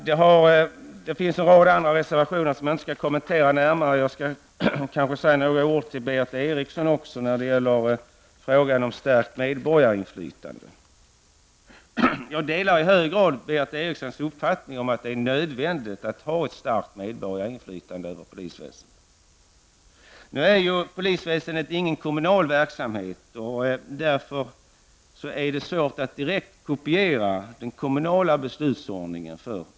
Det finns även en rad andra reservationer, som jag dock inte tänker kommentera närmare. Jag vill även säga några ord till Berith Eriksson beträffande frågan om stärkt medborgarinflytande. Jag delar i hög grad Berith Erikssons uppfattning om att det är nödvändigt att ha ett starkt medborgarinflytande över polisväsendet. Polisväsendet är dock ingen kommunal verksamhet, och det är därför svårt att direkt kopiera den kommunala beslutsordningen.